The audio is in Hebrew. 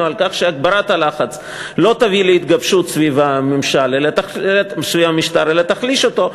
על כך שהגברת הלחץ לא תביא להתגבשות סביב המשטר אלא תחליש אותו,